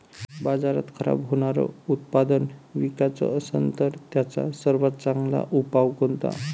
बाजारात खराब होनारं उत्पादन विकाच असन तर त्याचा सर्वात चांगला उपाव कोनता?